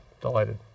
delighted